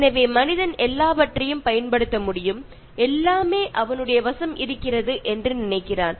எனவே மனிதன் எல்லாவற்றையும் பயன்படுத்த முடியும் எல்லாமே அவனுடைய வசம் இருக்கிறது என்று நினைக்கிறான்